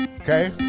Okay